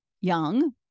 young